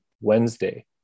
Wednesday